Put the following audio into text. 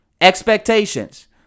Expectations